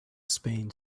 spain